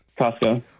Costco